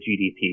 GDP